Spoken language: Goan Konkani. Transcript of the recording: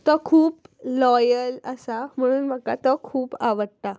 तो खूब लोयल आसा म्हणून म्हाका तो खूब आवडटा